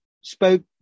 spoke